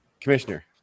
Commissioner